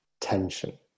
tension